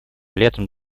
летом